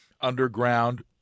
underground